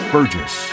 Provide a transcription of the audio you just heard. Burgess